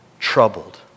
Troubled